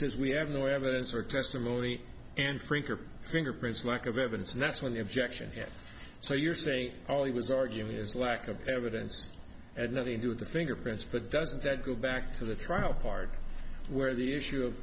says we have no evidence or testimony and freakier fingerprints lack of evidence and that's when the objection gets so you're saying oh he was arguing his lack of evidence had nothing to do with the fingerprints but doesn't that go back to the trial card where the issue